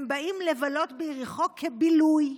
הם באים לבלות ביריחו כבילוי.